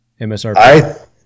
MSRP